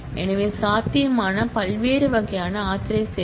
எனவே இவை சாத்தியமான பல்வேறு வகையான ஆதரைசேஷன்